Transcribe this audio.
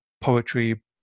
poetry